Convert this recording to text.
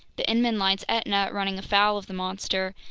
the inman line's etna running afoul of the monster,